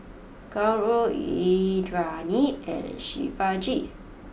Gauri Indranee and Shivaji